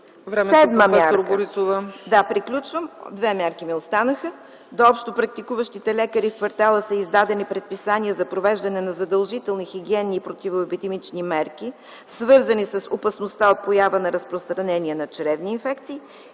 две мерки. Седма мярка. До общопрактикуващите лекари в квартала са издадени предписания за провеждане на задължителни хигиенни и противоепидемични мерки, свързани с опасност от поява на разпространение на чревни инфекции.